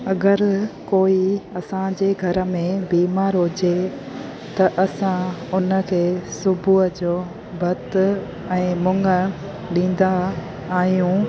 अगरि कोई असांजे घर में बीमारु हुजे त असां उन खे सुबुह जो भतु ऐं मुङ ॾींदा आहियूं